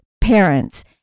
parents